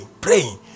praying